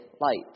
light